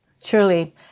Truly